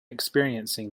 experiencing